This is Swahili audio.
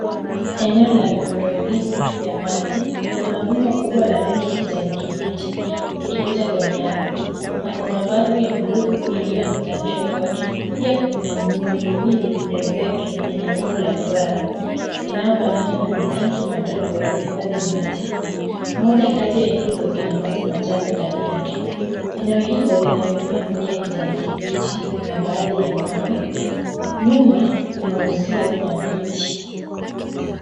Eneo la miundo mbinu ya maji, Kuna Bomba kubwa la rangi ya kijani kibichi yakipita kwenye ardhi na Kuna vavu ya bluu iliyoambatanishwa kwake ,pia Kuna miundo miwili ya zege yenye umbo la duara inayofanana na matangi madogo ya kuifadhi maji , moja kati ya hizo Ina maji machafu ndani yake ,eneo hilo Lina baadhi ya mimea ya kijani kibichi na baadhi ya mawe , nyuma Kuna uzio na miti .